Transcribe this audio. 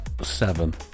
Seven